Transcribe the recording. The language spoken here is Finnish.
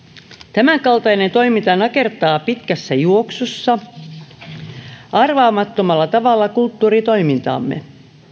tämän kaltainen toiminta nakertaa pitkässä juoksussa arvaamattomalla tavalla kulttuuritoimintaamme